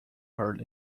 heard